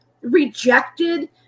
rejected